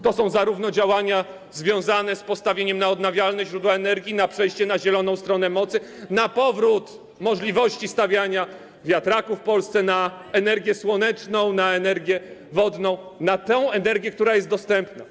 To są działania związane z postawieniem na odnawialne źródła energii i na przejście na zieloną stronę mocy, na powrót możliwości stawiania wiatraków w Polsce, na energię słoneczną, na energię wodną, na tę energię, która jest dostępna.